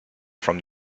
from